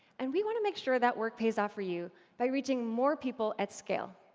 and we want to make sure that work pays off for you by reaching more people at scale.